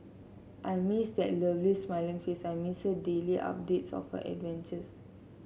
I miss that lovely smiling face I miss her daily updates of her adventures